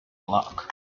luck